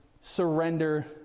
Surrender